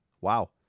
Wow